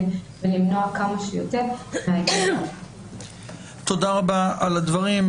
ולמנוע כמה שיותר --- תודה רבה על הדברים.